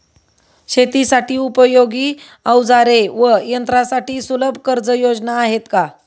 शेतीसाठी उपयोगी औजारे व यंत्रासाठी सुलभ कर्जयोजना आहेत का?